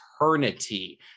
eternity